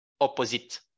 opposite